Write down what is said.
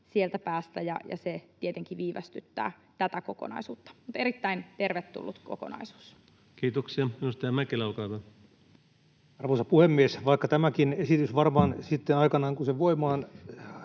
sieltä päästä, ja se tietenkin viivästyttää tätä kokonaisuutta. Mutta erittäin tervetullut kokonaisuus. Kiitoksia. — Edustaja Mäkelä, olkaa hyvä. Arvoisa puhemies! Vaikka tämäkin esitys varmaan sitten aikanaan, kun se voimaan